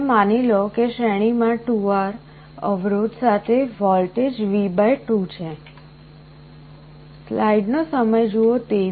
તમે માની લો કે શ્રેણીમાં 2R અવરોધ સાથે વોલ્ટેજ V2 છે